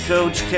Coach